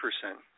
percent